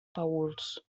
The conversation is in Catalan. paüls